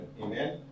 Amen